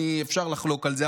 אפשר לחלוק על זה,